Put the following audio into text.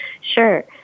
Sure